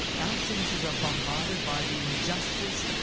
our senses are bombarded by the injustice,